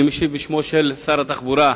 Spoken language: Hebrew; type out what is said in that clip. אני משיב בשמו של שר התחבורה,